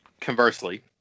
conversely